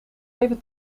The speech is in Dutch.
even